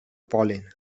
pol·len